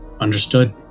Understood